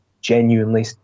genuinely